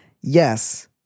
Yes